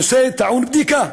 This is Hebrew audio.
נושא שטעון בדיקה.